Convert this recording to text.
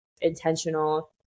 intentional